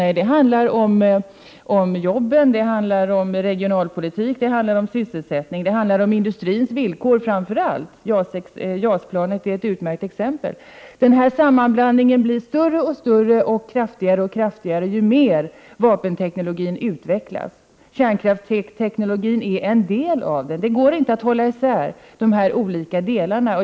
Nej, det handlar om jobben, regionalpolitik, sysselsättning och framför allt om industrins villkor. JAS-planet är ett utmärkt exempel. Sammanblandningen blir större och större och kraftigare och kraftigare ju mer vapenteknologin utvecklas. Kärnkraftsteknologin är en del av den. Det går inte att hålla isär de olika delarna.